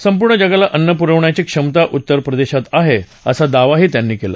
संपूर्ण जगाला अन्न पुरवण्याची क्षमता उत्तर प्रदेशात आहे असा दावा त्यांनी केला